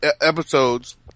episodes